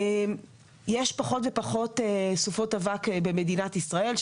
יש פחות ופחות סופות אבק במדינת ישראל.